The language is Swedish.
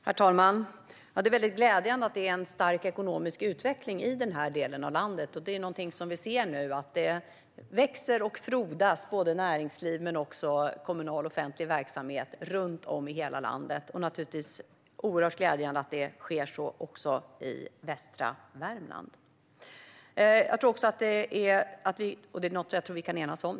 Herr talman! Det är glädjande att det är en stark ekonomisk utveckling i den här delen av landet. Vi ser att näringsliv men också kommunal offentlig verksamhet växer och frodas runt om i hela landet. Det är oerhört glädjande att det sker också i västra Värmland. Det kan vi nog enas om.